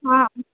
অ